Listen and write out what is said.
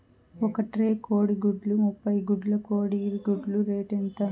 ఒక ట్రే కోడిగుడ్లు ముప్పై గుడ్లు కోడి గుడ్ల రేటు ఎంత?